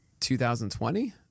2020